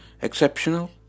exceptional